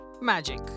magic